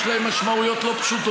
יש להם משמעויות לא פשוטות.